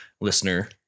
listener